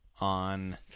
on